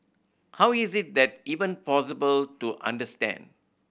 how is this that even possible to understand